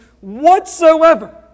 whatsoever